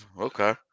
okay